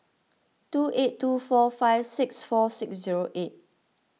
two eight two four five six four six zero eight